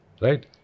Right